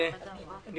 בוקר טוב.